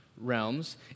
realms